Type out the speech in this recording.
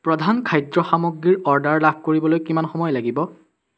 প্ৰধান খাদ্য সামগ্ৰীৰ অৰ্ডাৰ লাভ কৰিবলৈ কিমান সময় লাগিব